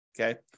Okay